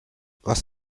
was